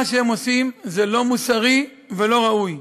מה שהם עושים זה לא מוסרי ולא ראוי.